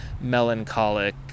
melancholic